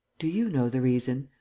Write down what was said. do you know the reason?